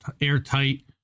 airtight